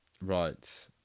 Right